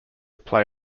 play